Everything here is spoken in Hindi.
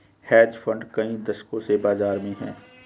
हेज फंड कई दशकों से बाज़ार में हैं